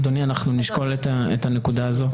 אדוני, אנחנו נשקול את הנקודה הזאת.